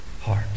heart